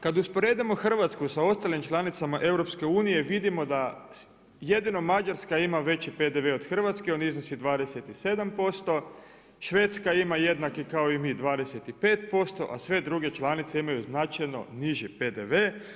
Kada usporedimo Hrvatsku sa ostalim članicama EU vidimo da jedino Mađarska ima veći PDV od Hrvatske, on iznosi 27%, Švedska ima jednaki kao i mi 25%, a sve druge članice imaju značajno niži PDV.